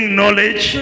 knowledge